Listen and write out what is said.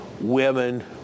women